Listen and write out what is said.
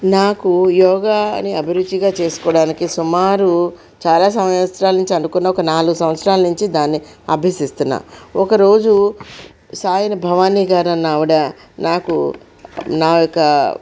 నాకు యోగాని అభిరుచిగా చేసుకోవడానికి సుమారు చాలా సంవత్సరాల నుంచి అనుకున్న ఒక నాలుగు సంవత్సరాల నుంచి దాన్ని అభ్యసిస్తున్న ఒక రోజు సాయీభవాని గారు అనే ఆవిడ నాకు నా ఒక్క